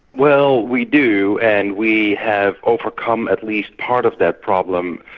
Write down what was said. well, we do, and we have overcome at least part of that problem,